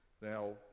Now